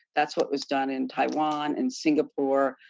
that's what was done in taiwan and singapore,